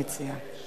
המציעה.